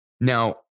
Now